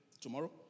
Tomorrow